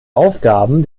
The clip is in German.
aufgaben